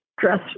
dress